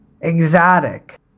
exotic